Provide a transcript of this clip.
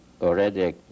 already